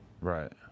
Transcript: Right